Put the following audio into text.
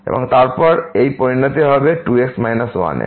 এবং তারপর এই পরিণত করবে 2x 1এ